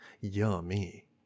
Yummy